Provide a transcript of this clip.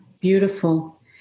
beautiful